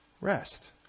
Rest